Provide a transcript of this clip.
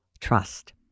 trust